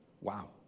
Wow